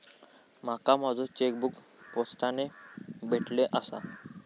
माका माझो चेकबुक पोस्टाने भेटले आसा